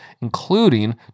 including